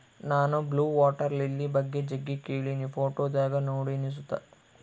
ನಾನು blue water lily ಬಗ್ಗೆ ಜಗ್ಗಿ ಕೇಳಿನಿ, ಫೋಟೋದಾಗ ನೋಡಿನಿ ಸುತ